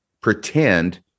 pretend